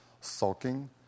sulking